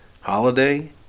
holiday